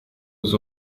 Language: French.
aux